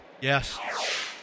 Yes